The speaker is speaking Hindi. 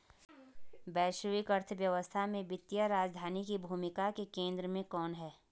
वैश्विक अर्थव्यवस्था में वित्तीय राजधानी की भूमिका के केंद्र में कौन है?